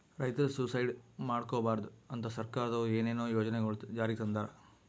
ರೈತರ್ ಸುಯಿಸೈಡ್ ಮಾಡ್ಕೋಬಾರ್ದ್ ಅಂತಾ ಸರ್ಕಾರದವ್ರು ಏನೇನೋ ಯೋಜನೆಗೊಳ್ ಜಾರಿಗೆ ತಂದಾರ್